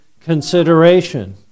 consideration